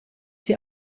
sie